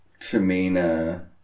Tamina